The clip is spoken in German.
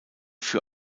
für